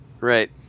Right